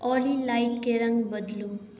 ऑली लाइटके रङ्ग बदलू